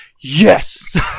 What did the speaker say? Yes